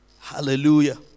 Hallelujah